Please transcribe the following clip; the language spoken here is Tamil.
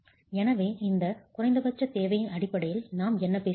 எனவே இந்த குறைந்தபட்ச தேவையின் அடிப்படையில் நாம் என்ன பேசுகிறோம்